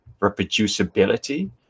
reproducibility